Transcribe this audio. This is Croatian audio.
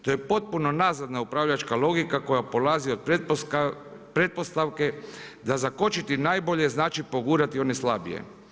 To je potpuno nazadna upravljačka logika koja polazi od pretpostavke da zakočiti najbolje znači pogurati one slabije.